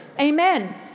Amen